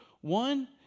One